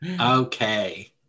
okay